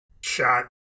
shot